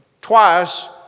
twice